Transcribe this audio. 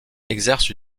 exercent